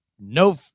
no